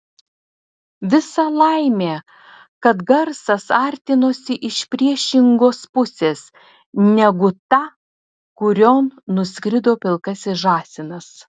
visa laimė kad garsas artinosi iš priešingos pusės negu ta kurion nuskrido pilkasis žąsinas